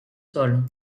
sol